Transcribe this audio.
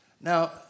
Now